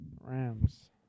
Rams